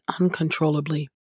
uncontrollably